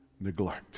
neglect